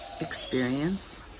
experience